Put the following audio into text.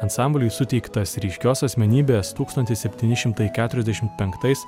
ansambliui suteiktas ryškios asmenybės tūkstantis septyni šimtai keturiasdešimt penktais